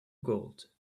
gold